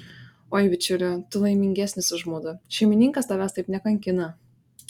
oi bičiuli tu laimingesnis už mudu šeimininkas tavęs taip nekankina